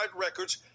records